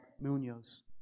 Munoz